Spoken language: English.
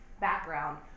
background